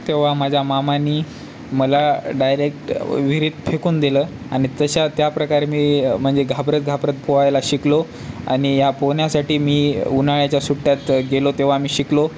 तेव्हा माझ्या मामाने मला डायरेक्ट विहिरीत फेकून दिलं आणि तशा त्याप्रकारे मी म्हणजे घाबरत घाबरत पोहायला शिकलो आणि या पोहण्यासाठी मी उन्हाळ्याच्या सुट्ट्यात गेलो तेव्हा मी शिकलो